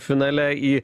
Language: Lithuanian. finale į